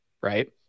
right